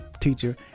teacher